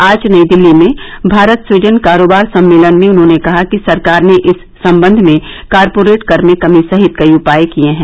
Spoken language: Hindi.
आज नई दिल्ली में भारत स्वीडन कारोबार सम्मेलन में उन्होंने कहा कि सरकार ने इस संबंध में कारपोरेट कर में कमी सहित कई उपाय किये हैं